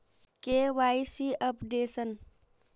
KYC updation?